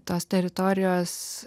tos teritorijos